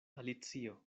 alicio